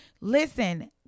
listen